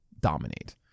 dominate